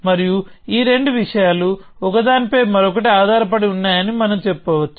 మరియు ఈ రెండు విషయాలు ఒకదానిపై మరొకటి ఆధారపడి ఉన్నాయని మనం చెప్పవచ్చు